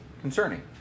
concerning